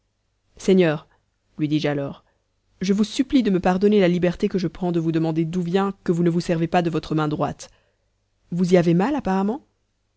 seigneur lui dis-je alors je vous supplie de me pardonner la liberté que je prends de vous demander d'où vient que vous ne vous servez pas de votre main droite vous y avez mal apparemment